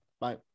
Bye